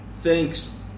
thanks